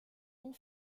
une